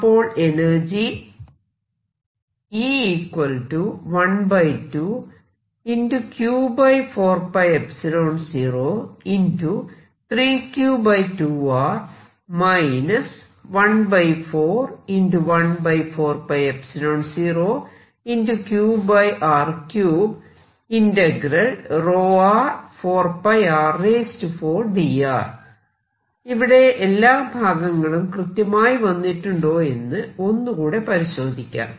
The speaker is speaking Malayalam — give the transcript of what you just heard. അപ്പോൾ എനർജി ഇവിടെ എല്ലാ ഭാഗങ്ങളും കൃത്യമായി വന്നിട്ടുണ്ടോയെന്ന് ഒന്ന് കൂടെ പരിശോധിക്കാം